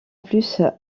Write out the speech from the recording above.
plus